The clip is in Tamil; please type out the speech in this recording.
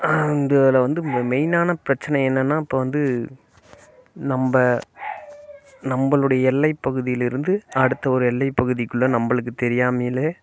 அதில் வந்து மெயினான பிரச்சின என்னென்னால் இப்போ வந்து நம்ம நம்மளுடைய எல்லைப் பகுதியில் இருந்து அடுத்த ஒரு எல்லைப் பகுதிக்குள்ளே நம்மளுக்கு தெரியாமையிலே